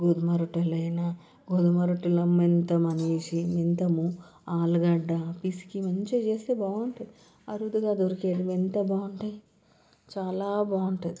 గోధుమ రొట్టెలైనా గోధుమ రొట్టెలు మెంతము అని వేసి మెంతము ఆలుగడ్డ పిసికి మంచిగా చేస్తే బాగుంటుంది అరుదుగా దొరికేవి ఎంత బాగుంటాయి చాలా బాగుంటుంది